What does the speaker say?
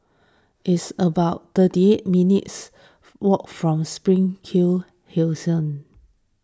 it's about thirty eight minutes' walk from Springhill Crescent